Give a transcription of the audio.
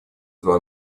два